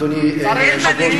אדוני היושב-ראש,